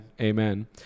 Amen